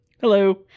Hello